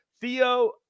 Theo